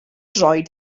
droed